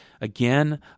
Again